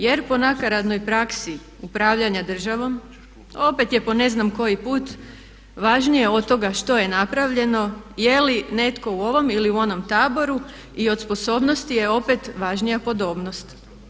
Jer po nakaradnoj praksi upravljanja državom opet je po ne znam koji put važnije od toga što je napravljeno, je li netko u ovom ili u onom taboru i od sposobnosti je opet važnija podobnost.